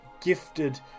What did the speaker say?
gifted